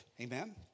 Amen